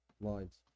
lines